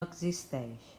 existeix